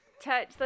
touch